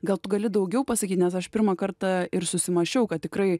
gal tu gali daugiau pasakyt nes aš pirmą kartą ir susimąsčiau kad tikrai